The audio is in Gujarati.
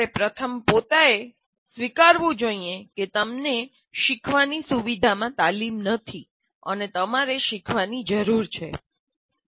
તમારે પ્રથમ પોતાએ સ્વીકારવું જોઈએ કે તમને શીખવાની સુવિધામાં તાલીમ નથી અને તમારે શીખવાની જરૂરછે